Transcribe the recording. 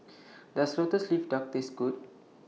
Does Lotus Leaf Duck Taste Good